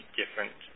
different